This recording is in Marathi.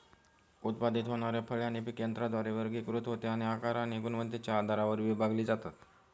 उत्पादित होणारी फळे आणि पिके यंत्राद्वारे वर्गीकृत होते आणि आकार आणि गुणवत्तेच्या आधारावर विभागली जातात